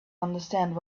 understand